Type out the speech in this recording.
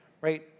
right